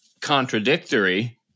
contradictory